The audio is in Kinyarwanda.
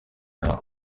yawe